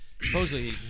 Supposedly